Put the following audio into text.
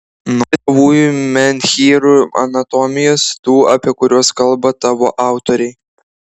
nori tavųjų menhyrų anatomijos tų apie kuriuos kalba tavo autoriai